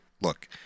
Look